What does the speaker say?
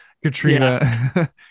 Katrina